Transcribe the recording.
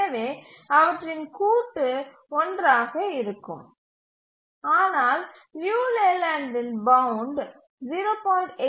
எனவே அவற்றின் கூட்டு 1 ஆக இருக்கும் ஆனால் லியு லேலேண்ட் பவுண்ட் 0